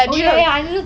shezay